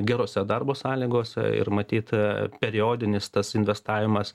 gerose darbo sąlygose ir matyt periodinis tas investavimas